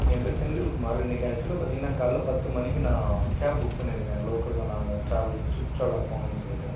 என் பேர் செந்தில் குமார் இன்றைக்கி ஆக்சுல்லாக பார்த்தீங்கன்னா காலைல பத்து மணிக்கு நான் கேப் புக் பண்ணியிருக்கேன் லோக்கலில் நாங்கள் ட்ராவல்ஸ் ட்ரிப் ட்ராவலில் போகணும்னு சொல்லிவிட்டு